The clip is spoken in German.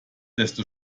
desto